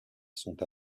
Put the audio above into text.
sont